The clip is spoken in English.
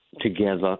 together